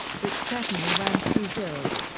which certainly ran through zurich.